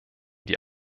die